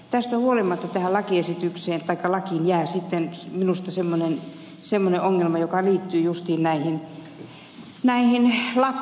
tästä huolimatta tähän lakiin jää minusta semmoinen ongelma joka liittyy juuri lapsiin ja tuotesijoitteluun